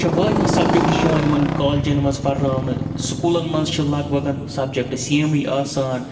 چھِ واریاہ سَبجَکٹ چھِ یِوان یِمَن کالجَن مَنٛز پَرناونہٕ سکوٗلَن مَنٛز چھِ لگ بَگَن سَبجَکٹ سیمٕے آسان